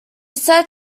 said